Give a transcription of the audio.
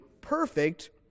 perfect